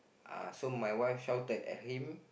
uh so my wife shouted at him